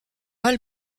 mal